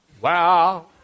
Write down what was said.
Wow